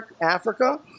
Africa